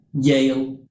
Yale